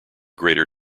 greater